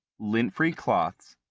lint-free cloths.